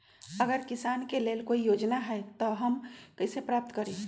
अगर किसान के लेल कोई योजना है त हम कईसे प्राप्त करी?